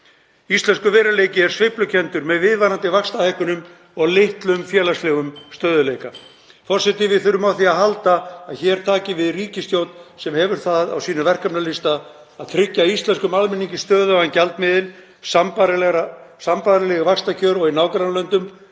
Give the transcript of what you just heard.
Íslenskur veruleiki er sveiflukenndur með viðvarandi vaxtahækkunum og litlum félagslegum stöðugleika. Forseti. Við þurfum á því að halda að hér taki við ríkisstjórn sem hefur það á sínum verkefnalista að tryggja íslenskum almenningi stöðugan gjaldmiðil, sambærileg vaxtakjör og í nágrannalöndum